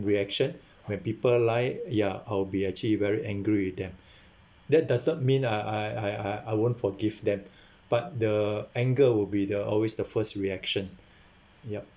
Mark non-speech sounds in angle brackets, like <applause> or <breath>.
reaction <breath> when people lie ya I'll be actually very angry with them <breath> that does not mean I I I I won't forgive them <breath> but the anger would be the always the first reaction <breath> ya